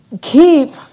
keep